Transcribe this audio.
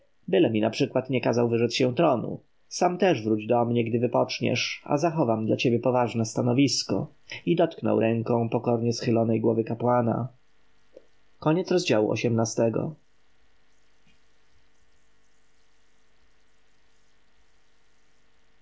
byle mi naprzykład nie kazał wyrzec się tronu sam też wróć do mnie gdy wypoczniesz a zachowam dla ciebie poważne stanowisko i dotknął ręką pokornie schylonej głowy kapłana